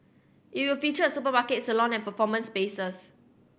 it will feature a supermarket salon and performance spaces